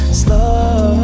slow